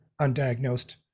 undiagnosed